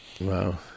Wow